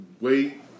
wait